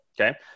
okay